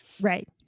Right